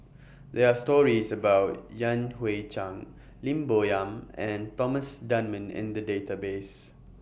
There Are stories about Yan Hui Chang Lim Bo Yam and Thomas Dunman in The Database